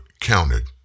counted